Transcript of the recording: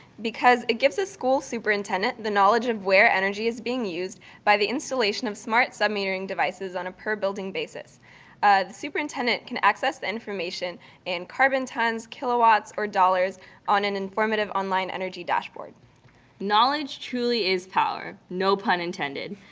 because it gives the school superintendent the knowledge of where energy is being used by the installation of smart submeterring devices on a per building basis. the superintendent can access the information in carbon tons, kilowatts or dollars on an informative online energy dashboard. sharyah indocurie knowledge truly is power. no pun intended!